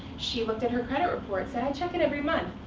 she looked at her credit report, said, i check it every month.